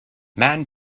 man